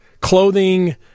clothing